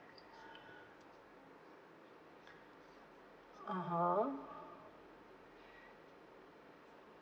ah ha